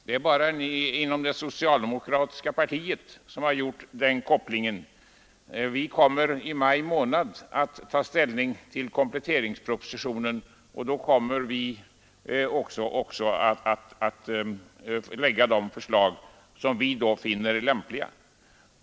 Det är bara ni inom det socialdemokratiska partiet som har gjort den kopplingen. Vi kommer i maj månad att ta ställning till kompletteringspropositionen, och då kommer vi också att framlägga de förslag som vi finner lämpliga.